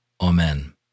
Amen